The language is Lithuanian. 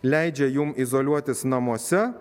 leidžia jum izoliuotis namuose